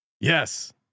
Yes